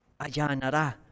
allanará